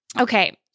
Okay